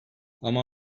ama